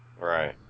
Right